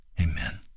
amen